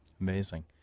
Amazing